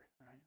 right